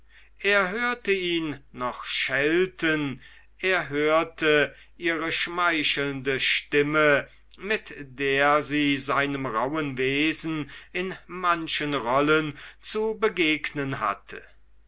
er hörte ihn noch schelten er hörte ihre schmeichelnde stimme mit der sie seinem rauhen wesen in manchen rollen zu begegnen hatte